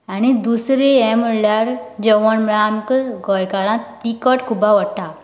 आनी दुसरें हे म्हळ्यार जवण म्हळ्यार आमकां गोंयकारांक तिकट खूब आवडटा